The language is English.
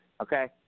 Okay